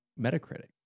Metacritic